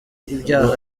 ibyaha